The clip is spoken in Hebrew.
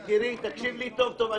--- יקירי, תקשיב לי טוב טוב.